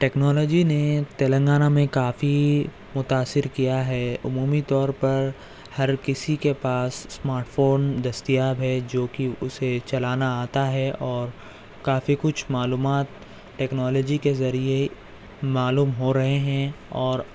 technology نے تلنگانہ میں کافی متاثر کیا ہے عمومی طور پر ہر کسی کے پاس اسمارٹ فون دستیاب ہے جوکہ اسے چلانا آتا ہے اور کافی کچھ معلومات ٹیکنالوجی کے ذریعے معلوم ہو رہے ہیں اور